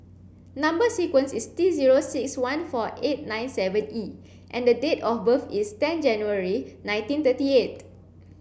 number sequence is T zero six one four eight nine seven E and date of birth is ten January nineteen thirty eight